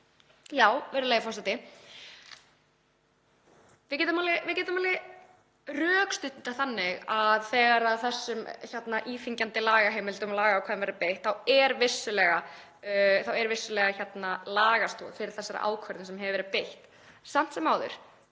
Virðulegur forseti. Við getum alveg rökstutt þetta þannig að þegar þessum íþyngjandi lagaheimildum og lagaákvæðum verður beitt þá sé vissulega lagastoð fyrir þessari ákvörðun sem hefur verið tekin. Samt sem áður